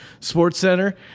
SportsCenter